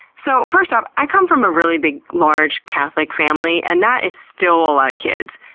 so first off, i come from a really big, large catholic family and that is still a lot of kids.